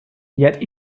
yet